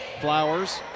flowers